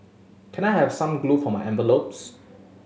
can I have some glue for my envelopes